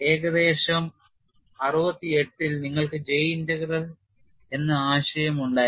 ഏകദേശം 68 ൽ നിങ്ങൾക്ക് J ഇന്റഗ്രൽ ആശയം ഉണ്ടായിരുന്നു